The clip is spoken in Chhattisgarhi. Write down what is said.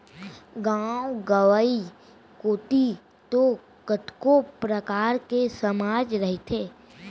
गाँव गंवई कोती तो कतको परकार के समाज रहिथे